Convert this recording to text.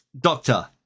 Doctor